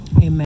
Amen